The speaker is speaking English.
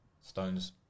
Stones